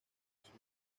sur